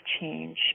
change